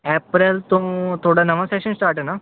April ਤੋਂ ਤੁਹਾਡਾ ਨਵਾਂ ਸੈਸ਼ਨ ਸਟਾਟ ਹੈ ਨਾ